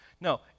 No